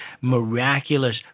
miraculous